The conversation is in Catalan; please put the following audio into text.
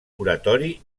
oratori